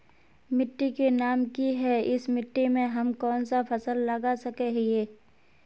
मिट्टी के नाम की है इस मिट्टी में हम कोन सा फसल लगा सके हिय?